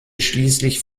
schließlich